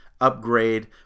upgrade